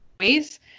ways